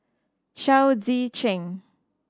Chao Tzee Cheng